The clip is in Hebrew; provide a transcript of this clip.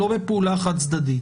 לא בפעולה חד צדדית.